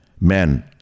men